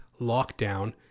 lockdown